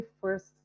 first